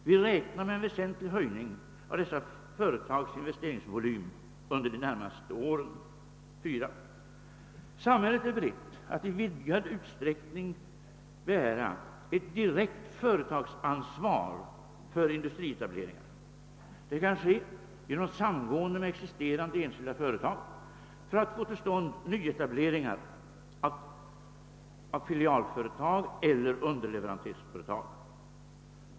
Vi räknar med en väsentlig höjning av dessa företags investeringsvolym under de närmaste åren. 4, Samhället är berett att i vidgad utsträckning bära ett direkt företagsansvar för industrietableringar. Det kan ske genom samgående med existerande enskilda företag för att få till stånd nyetableringar av filialföretag eller underleverantörsföretag.